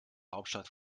hauptstadt